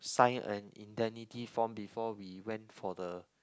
sign an indemnity form before we went for the